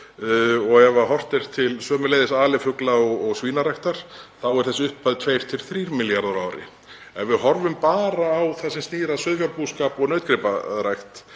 Og ef horft er til sömuleiðis alifugla- og svínaræktar þá er þessi upphæð 2–3 milljarðar á ári. Ef við horfum bara á það sem snýr að sauðfjárbúskap og nautgriparækt,